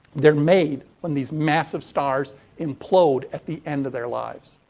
they're made when these massive stars implode at the end of their lives.